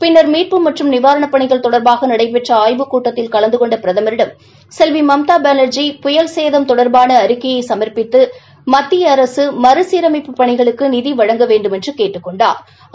பின்னர் மீட்பு மற்றும் நிவாரணப் பணிகள் தொடர்பாக நடைபெற்ற ஆய்வுக் கூட்டத்தில் கலந்து கொண்ட பிரதமிடம் செல்வி மம்தா பாள்ஜி புயல் சேதம் தொடர்பான அறிக்கையை சம்ப்பித்து மத்திய அரசு மறுசீரமைப்பு பணிகளுக்கு நிதி வழங்க வேண்டுமென்று கேட்டுக் கொண்டாா்